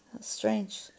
strange